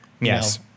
Yes